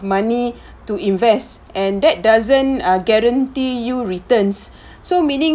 money to invest and that doesn't ah guarantee you returns so meaning